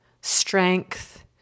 strength